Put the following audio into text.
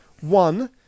One